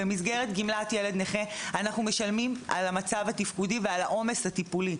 במסגרת גמלת ילד נכה אנחנו משלמים על המצב התפקודי ועל העומס הטיפולי,